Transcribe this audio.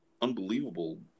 unbelievable